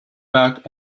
back